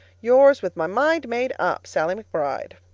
yours, with my mind made up, sallie mcbride.